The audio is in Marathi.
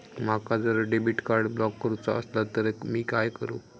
माका जर डेबिट कार्ड ब्लॉक करूचा असला तर मी काय करू?